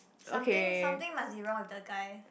something something must be wrong with the guy